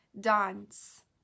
dance